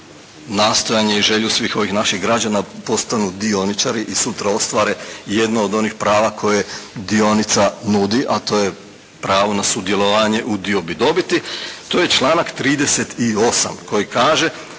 uz nastojanje i želju svih ovih naših građana da postanu dioničari i sutra ostvare jedno od onih prava koje dionica nudi, a to je pravo na sudjelovanje u diobi dobiti, to je članak 38. koji kaže,